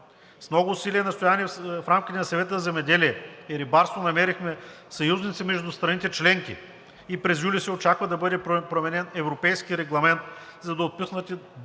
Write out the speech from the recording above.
С много усилия и настояване в рамките на Съвета за земеделие и рибарство намерихме съюзници между страните членки и през юли се очаква да бъде променен европейски регламент, за да бъдат отпуснати до